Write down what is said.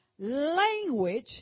language